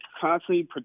constantly